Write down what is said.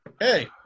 Hey